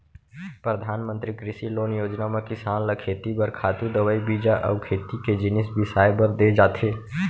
परधानमंतरी कृषि लोन योजना म किसान ल खेती बर खातू, दवई, बीजा अउ खेती के जिनिस बिसाए बर दे जाथे